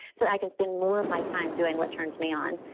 so i can spend more of my time doing what turns me on.